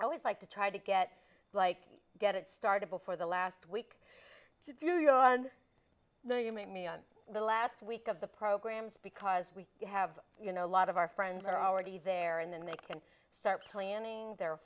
i always like to try to get like get it started before the last week to do you know on the you made me on the last week of the programs because we have a lot of our friends are already there and then they can start planning their